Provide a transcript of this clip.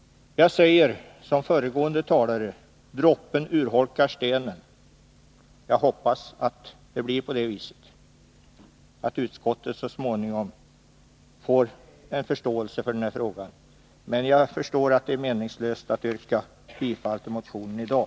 Jag säger som föregående talare: Droppen urholkar stenen. Jag hoppas att det blir på det viset att utskottet så småningom får förståelse för denna fråga, men jag inser att det är meningslöst att yrka bifall till motionen i dag.